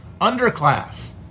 underclass